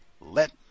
let